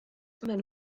mewn